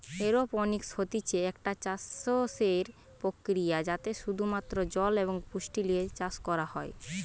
aeroponics হতিছে একটা চাষসের প্রক্রিয়া যাতে শুধু মাত্র জল এবং পুষ্টি লিয়ে চাষ করা হয়